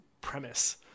premise